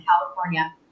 california